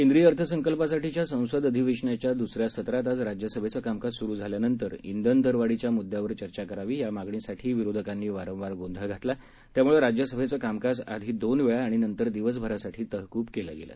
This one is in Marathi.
केंद्रीय अर्थसंकल्पासाठीच्या संसद अधिवेशनाच्या दुसऱ्या सत्रात आज राज्यसभेचं कामकाज सुरु झाल्यानंतर इंधन दरवाढीच्या मुद्यावर चर्चा करावी या मागणीसाठी विरोधकांनी वारंवार गोंधळ घातला त्यामुळे राज्यसभेचं कामकाज आज आधी दोन वेळा आणि नंतर दिवसभरासाठी तहकुब केलं गेलं